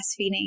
breastfeeding